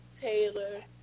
Taylor